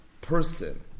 person